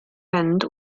end